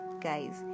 guys